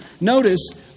Notice